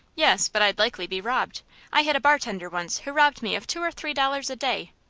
yes, but i'd likely be robbed i had a bartender once who robbed me of two or three dollars a day.